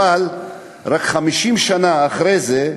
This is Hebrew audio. אבל רק 50 שנה אחרי זה,